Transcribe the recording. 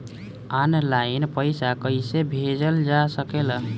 आन line पईसा कईसे भेजल जा सेकला?